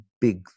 big